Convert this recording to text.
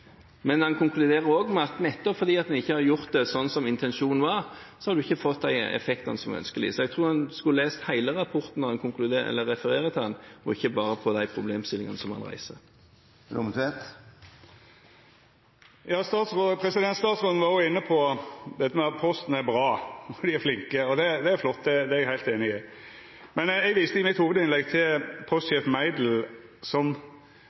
men den konkluderer også med at nettopp fordi en ikke har gjort det slik intensjonen var, har vi ikke fått de effektene som var ønskelige. Så jeg tror en skulle lest hele rapporten når en refererer til den, og ikke bare vist til de problemstillingene den reiser. Statsråden var òg inne på at Posten er bra, og at dei er flinke. Det er flott – det er eg heilt einig i. Eg viste i mitt hovudinnlegg til postsjef